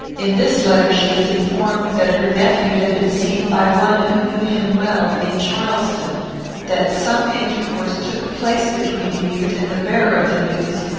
in this letter, she is informed that her nephew had been seen by one who knew him well, in charleston that some intercourse took place between the youth and the bearer of the news,